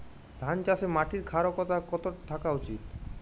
ধান চাষে মাটির ক্ষারকতা কত থাকা উচিৎ?